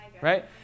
Right